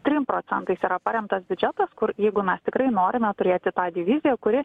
trim procentais yra paremtas biudžetas kur jeigu mes tikrai norime turėti tą diviziją kuri